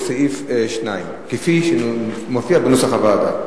וסעיף 2 כפי שמופיע בנוסח הוועדה,